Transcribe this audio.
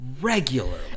regularly